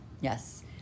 Yes